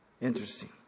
Interesting